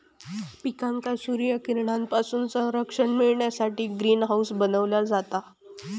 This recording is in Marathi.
पिकांका सूर्यकिरणांपासून संरक्षण मिळण्यासाठी ग्रीन हाऊस बनवला जाता